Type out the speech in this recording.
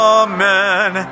amen